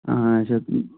اچھا تہٕ